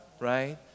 Right